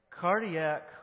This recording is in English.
Cardiac